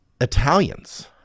Italians